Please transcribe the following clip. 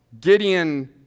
Gideon